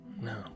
No